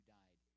died